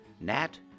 Nat